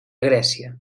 grècia